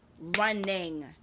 running